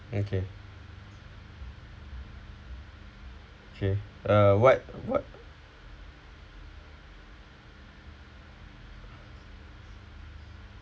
okay K uh what what